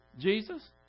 Jesus